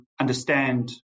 understand